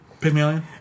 Pygmalion